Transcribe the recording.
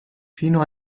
fino